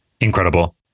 incredible